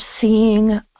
seeing